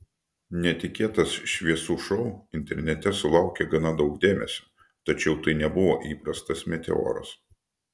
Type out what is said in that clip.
netikėtas šviesų šou internete sulaukė gana daug dėmesio tačiau tai nebuvo įprastas meteoras